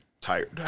tired